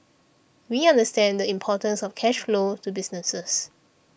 we understand the importance of cash flow to businesses